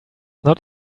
not